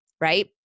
right